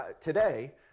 today